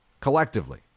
Collectively